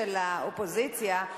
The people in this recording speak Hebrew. של האופוזיציה,